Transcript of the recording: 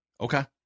Okay